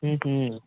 ம்ஹும்